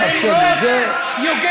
חבר הכנסת אורן חזן,